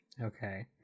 okay